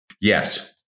Yes